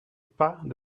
pas